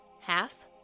Half